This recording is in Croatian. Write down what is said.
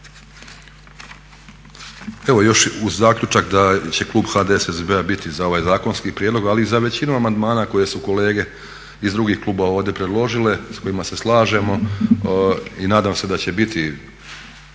Evo još uz zaključak da će klub HDSSB-a biti za ovaj zakonski prijedlog, ali i za većinu amandmana koje su kolege iz drugih klubova ovdje predložile s kojima se slažemo i nadam se da će biti